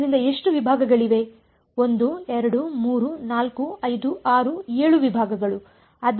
ಆದ್ದರಿಂದ ಎಷ್ಟು ವಿಭಾಗಗಳಿವೆ 1 2 3 4 5 6 7 ವಿಭಾಗಗಳು